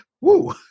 Woo